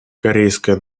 корейская